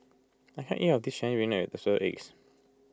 I can't eat all of this Chinese Spinach with Assorted Eggs